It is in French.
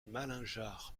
malingear